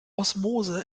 osmose